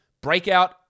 Breakout